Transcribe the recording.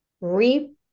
re